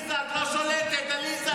חבר הכנסת עודד פורר,